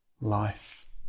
life